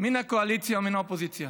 מן הקואליציה ומן האופוזיציה,